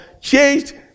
changed